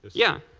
yeah,